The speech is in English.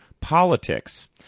politics